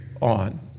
on